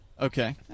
Okay